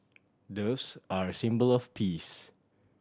doves are a symbol of peace